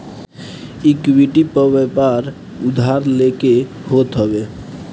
equity पअ व्यापार उधार लेके होत हवे